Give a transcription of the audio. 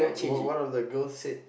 one one of the girls said